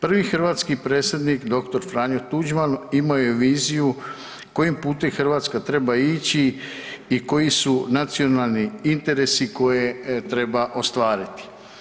Prvi hrvatski Predsjednik dr. Franjo Tuđman imao je viziju kojim putem Hrvatska treba ići i koji su nacionalni interesi koje treba ostvariti.